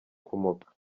kumoka